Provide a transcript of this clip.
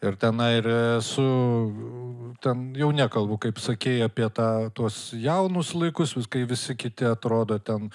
ir tenai ir su ten jau nekalbu kaip sakei apie tą tuos jaunus laikus kai vis kiti atrodo ten